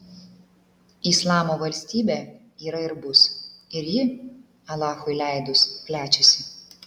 islamo valstybė yra ir bus ir ji alachui leidus plečiasi